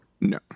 No